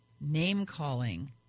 name-calling